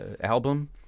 album